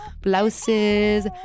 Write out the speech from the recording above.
blouses